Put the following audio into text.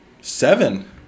Seven